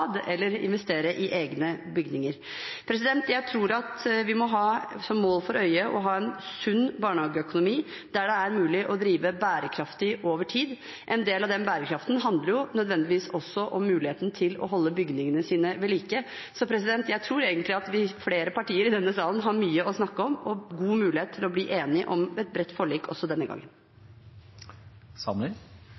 eller investere i egne bygninger. Jeg tror vi må ha som mål for øye å ha en sunn barnehageøkonomi der det er mulig å drive bærekraftig over tid. En del av den bærekraften handler nødvendigvis også om muligheten til å holde bygningene sine ved like. Jeg tror egentlig at flere partier i denne salen har mye å snakke om og god mulighet til å bli enige om et bredt forlik også denne gangen.